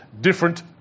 different